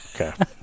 Okay